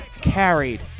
carried